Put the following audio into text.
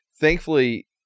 thankfully